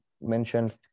mentioned